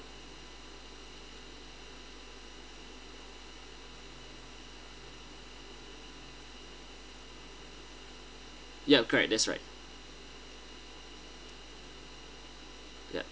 ya correct that's right